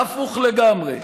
הפוך לגמרי.